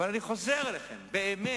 אני חוזר אליכם, באמת,